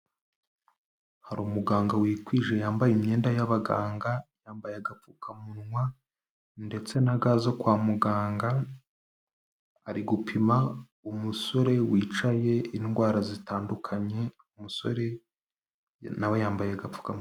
Hari umuganga wikwije yambaye imyenda y'abaganga, yambaye agapfukamunwa ndetse na ga zo kwa muganga, ari gupima umusore wicaye indwara zitandukanye, umusore nawe yambaye agapfukamunwa.